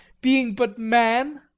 being but man.